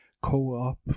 co-op